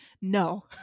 No